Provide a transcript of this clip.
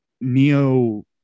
Neo